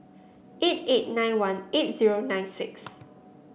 eight eight nine one eight zero nine six